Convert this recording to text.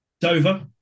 Dover